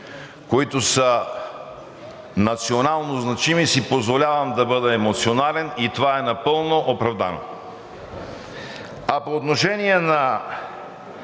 които са национално значими, си позволявам да бъда емоционален и това е напълно оправдано.“ А по отношение на